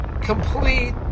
Complete